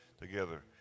together